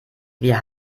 wir